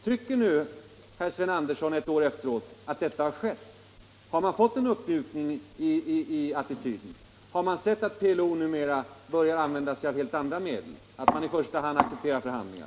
Tycker utrikesminister Andersson nu, ett år efteråt, att detta har skett? Har man fått en uppmjukning i attityden? Har man sett att PLO nu börjar använda sig av andra medel och att den organisationen nu i första hand accepterar förhandlingar?